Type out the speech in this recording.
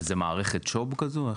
וזה מערכת שוב כזאת?